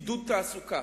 עידוד תעסוקה,